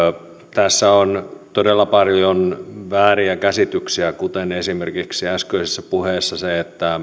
on todella paljon vääriä käsityksiä kuten esimerkiksi äskeisessä puheessa se